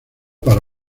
para